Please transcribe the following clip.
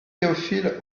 théophile